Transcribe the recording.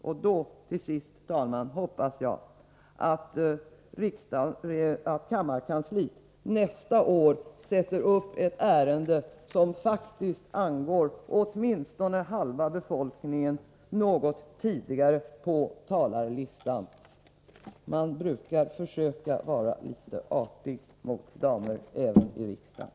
Jag hoppas till sist, herr talman, att kammarkansliet nästa år sätter upp ett ärende som faktiskt angår åtminstone halva befolkningen, något tidigare på talarlistan. Man brukar försöka att vara litet artig mot damer även i riksdagen.